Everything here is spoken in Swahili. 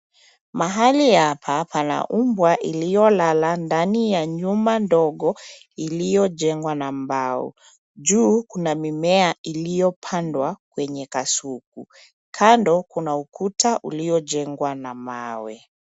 Mahali hapa pana mbwa aliyelala ndani ya nyumba ndogo iliyojengwa na mbao. Juu kuna mimea iliyopandwa kwenye kasuku. Kando, kuna ukuta uliojengwa na mawe.